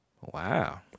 Wow